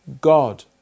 God